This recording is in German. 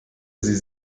sie